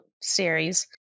series